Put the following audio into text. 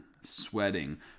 sweating